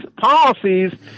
policies